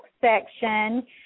section